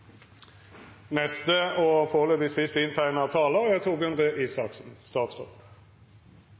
Neste taler er statsråd Torbjørn Røe Isaksen.